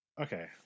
Okay